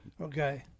Okay